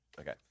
Okay